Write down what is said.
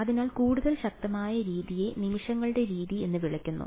അതിനാൽ കൂടുതൽ ശക്തമായ രീതിയെ നിമിഷങ്ങളുടെ രീതി എന്ന് വിളിക്കുന്നു